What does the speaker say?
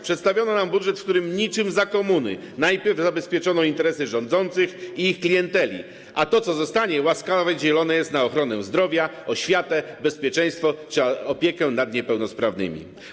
Przedstawiono nam budżet, w którym niczym za komuny najpierw zabezpieczono interesy rządzących i ich klienteli, a to co zostanie, łaskawie dzielone jest na ochronę zdrowia, oświatę, bezpieczeństwo czy opiekę nad niepełnosprawnymi.